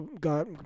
got